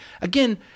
Again